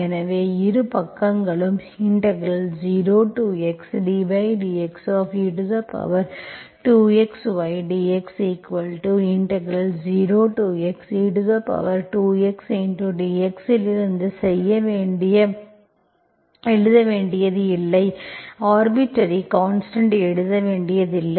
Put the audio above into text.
எனவே இரு பக்கங்களும் 0xddxdx0xe2xdx இலிருந்து செய்ய எழுத வேண்டியதில்லை ஆர்பிட்டர்ரி கான்ஸ்டன்ட் எழுத வேண்டியதில்லை